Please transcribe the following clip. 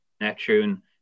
Neptune